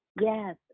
Yes